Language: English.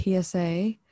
PSA